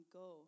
go